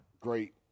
Great